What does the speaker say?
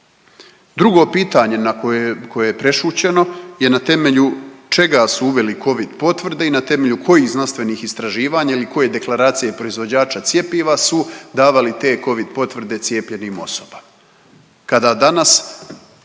Drugo pitanje na koje, koje je prešućeno je na temelju čega su uveli covid potvrde i na temelju kojih znanstvenih istraživanja ili koje deklaracije proizvođača cjepiva su davali te covid potvrde cijepljenim osobama